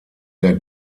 der